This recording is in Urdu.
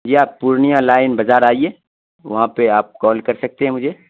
یا پورنیہ لائن بزار آئیے وہاں پہ آپ کال کر سکتے ہیں مجھے